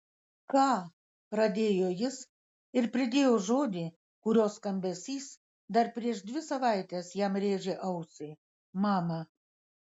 ką pradėjo jis ir pridėjo žodį kurio skambesys dar prieš dvi savaites jam rėžė ausį mama